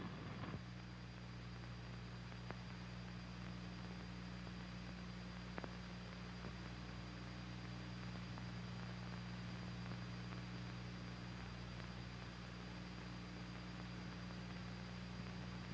from